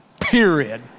Period